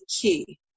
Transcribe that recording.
key